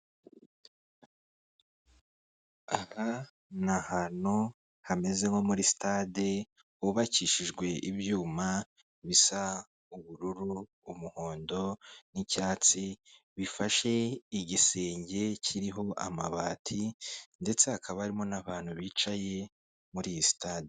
Aha ni ahantu hameze nko muri sitade hubakishijwe ibyuma bisa ubururu, umuhondo n'icyatsi bifashe igisenge kiriho amabati ndetse hakaba harimo n'abantu bicaye muri iyi sitade.